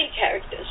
characters